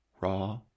raw